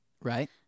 Right